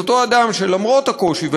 את אותו אדם שלמרות הקושי,